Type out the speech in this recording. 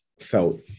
felt